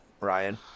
Ryan